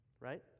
Right